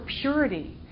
purity